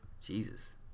Jesus